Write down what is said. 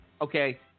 okay